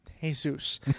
Jesus